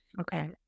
Okay